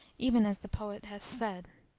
even as the poet hath said